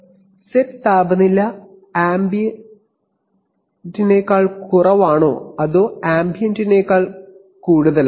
അതായത് സെറ്റ് താപനില ആംബിയന്റിനേക്കാൾ കുറവാണോ അതോ ആംബിയന്റിനേക്കാൾ കൂടുതലാണോ എന്നുംഅടിസ്ഥാനമാക്കി പ്രവർത്തിക്കുന്നു